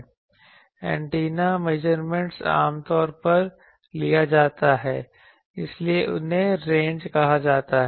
antenna measurements आमतौर पर लिया जाता है इसलिए उन्हें रेंज कहा जाता है